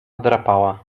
drapała